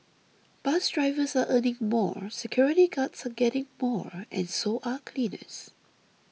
bus drivers are earning more security guards are getting more and so are cleaners